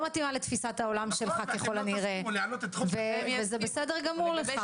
מתאימה לתפיסת העולם שלך ככל הנראה וזה בסדר גמור לך.